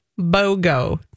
bogo